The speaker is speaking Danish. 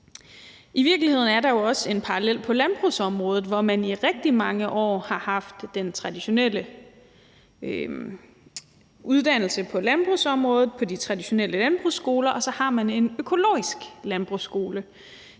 I virkeligheden er der jo også en parallel på landbrugsområdet, hvor man i rigtig mange år har haft den traditionelle uddannelse på landbrugsområdet på de traditionelle landbrugsskoler, og så har man en økologisk landbrugsskole.